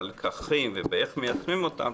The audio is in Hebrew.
בלקחים ובאיך מיישמים אותם,